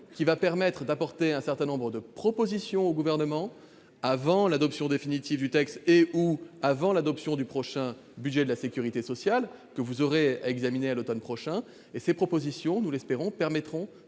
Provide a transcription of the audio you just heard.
transmettra un certain nombre de propositions au Gouvernement, avant l'adoption définitive du texte et/ou du budget de la sécurité sociale que vous aurez à examiner à l'automne prochain. Ces propositions, nous l'espérons, permettront